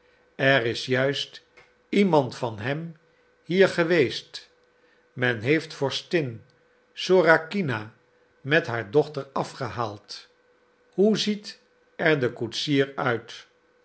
er is juist iemand van hem hier geweest men heeft vorstin sorakina met haar dochter afgehaald hoe ziet er de koetsier uit